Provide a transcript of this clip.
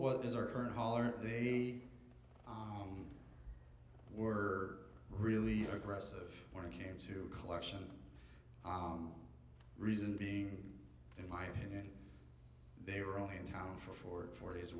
what is our current hall or they were really aggressive when it came to collection reason being in my opinion they were all in town for for four days